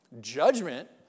judgment